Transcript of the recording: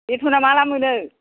बेथ'ना माला मोनो